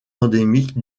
endémique